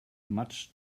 much